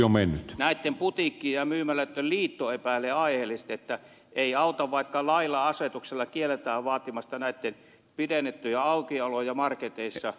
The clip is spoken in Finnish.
näitten putiikkien ja myymälöitten liitto epäilee aiheellisesti että ei auta vaikka lailla ja asetuksella kielletään vaatimasta näitten pidennettyjä aukioloja marketeissa